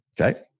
Okay